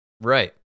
Right